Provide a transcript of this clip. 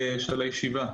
של הישיבה.